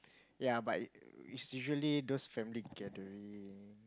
yea but it's usually those family gathering